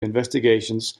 investigations